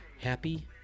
Happy